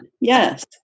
Yes